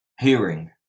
hearing